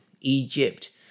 Egypt